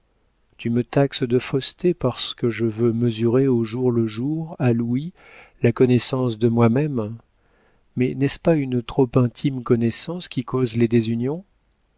tu me taxes de fausseté parce que je veux mesurer au jour le jour à louis la connaissance de moi-même mais n'est-ce pas une trop intime connaissance qui cause les désunions